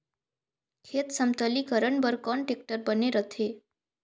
खेत समतलीकरण बर कौन टेक्टर बने रथे?